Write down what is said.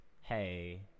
hey